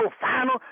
final